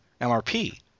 MRP